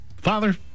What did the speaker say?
Father